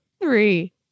three